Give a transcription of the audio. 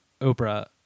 Oprah